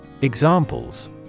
Examples